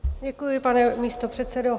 Děkuji, pane místopředsedo.